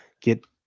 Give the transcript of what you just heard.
get